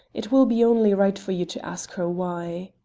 it will be only right for you to ask her why.